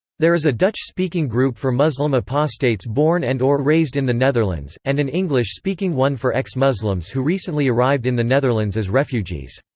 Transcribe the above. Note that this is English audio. there is a dutch-speaking group for muslim apostates born and or raised in the netherlands, and an english-speaking one for ex-muslims who recently arrived in the netherlands as refugees.